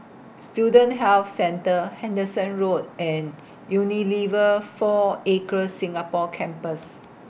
Student Health Centre Henderson Road and Unilever four Acres Singapore Campus